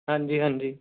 ਹਾਂਜੀ ਹਾਂਜੀ